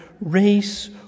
race